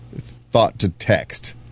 thought-to-text